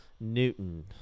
Newton